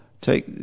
take